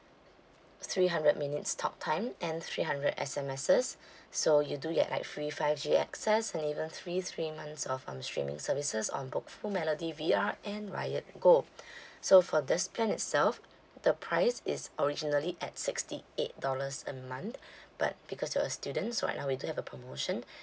three hundred minutes talk time and three hundred S_M_Ses so you do get like free five G access and even free three months of um streaming services on bookful melody V_R and riot gold so for this plan itself the price is originally at sixty eight dollars a month but because you're a student right now we do have a promotion